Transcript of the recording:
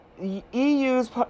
EU's